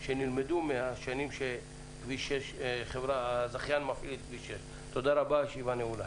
שנלמדו מהשנים שהזכיין מפעיל את כביש 6. תודה רבה הישיבה נעולה.